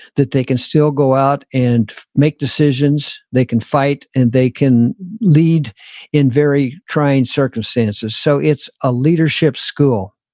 that they can still go out and make decisions, they can fight, and they can lead in very trying circumstances, circumstances, so it's a leadership school.